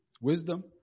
wisdom